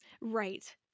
right